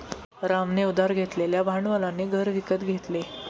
रामने उधार घेतलेल्या भांडवलाने घर विकत घेतले